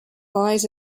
lies